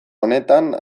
honetan